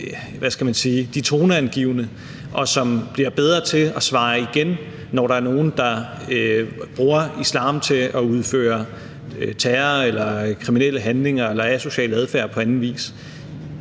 de toneangivende og bliver bedre til at svare igen, når der er nogen, der bruger islam til at udføre terror eller kriminelle handlinger eller asocial adfærd på anden vis.